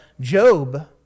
Job